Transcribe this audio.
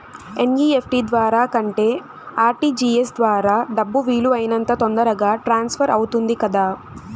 NEFT ద్వారా కంటే RTGS ద్వారా డబ్బు వీలు అయినంత తొందరగా ట్రాన్స్ఫర్ అవుతుంది కదా